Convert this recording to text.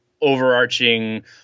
overarching